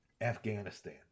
Afghanistan